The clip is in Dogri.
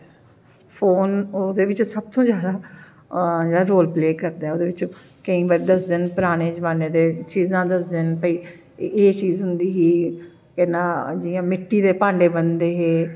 फोन ओह्दे बिच सब तू जादा जेह्ड़ा रोल प्ले करदा ऐ ओह्दे च केईं बारी दसदे न पराने जमान्ने दे चीजां दसदे न ते एह् चीज होंदी ही जि'यां मिट्टी दे भांडे बनदे हे